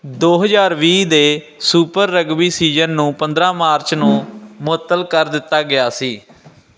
ਦੋ ਹਜ਼ਾਰ ਵੀਹ ਦੇ ਸੁਪਰ ਰਗਬੀ ਸੀਜ਼ਨ ਨੂੰ ਪੰਦਰ੍ਹਾਂ ਮਾਰਚ ਨੂੰ ਮੁਅੱਤਲ ਕਰ ਦਿੱਤਾ ਗਿਆ ਸੀ